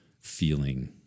feeling